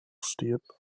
state